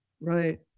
Right